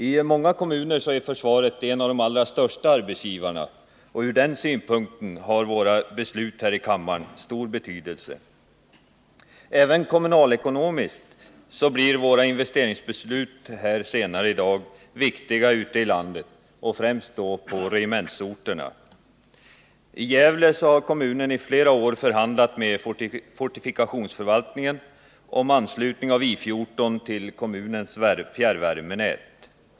I många kommuner är försvaret en av de allra största arbetsgivarna, och ur den synpunkten har våra beslut här i kammaren stor betydelse. Även kommunalekonomiskt blir våra investeringsbeslut senare i dag viktiga ute i landet och främst då på regementsorterna. I Gävle har kommunen i flera år förhandlat med fortifikationsförvaltningen om anslutning av I 14 till kommunens fjärrvärmenät.